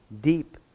deep